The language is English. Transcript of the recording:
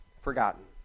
forgotten